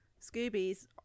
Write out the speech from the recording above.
Scooby's